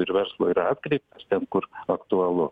ir verslo yra atkreiptas ten kur aktualu